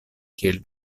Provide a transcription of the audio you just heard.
kiel